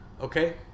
Okay